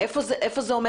איפה זה עומד